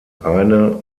eine